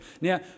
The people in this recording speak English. now